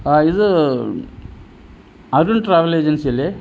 ആ ഇത് Arjun travel agency അല്ലേ